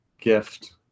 gift